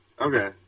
okay